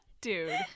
dude